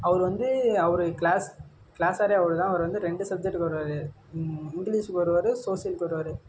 அவர் வந்து அவரு class class சாரே அவர் தான் அவர் வந்து ரெண்டு சப்ஜெக்ட்க்கு வருவார் இங்கிலீஷுக்கு வருவார் சோசியலுக்கு வருவார்